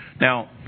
Now